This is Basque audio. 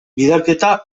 bidalketa